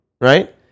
right